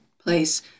place